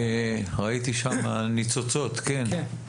ראיתי שם ניצוצות, כן.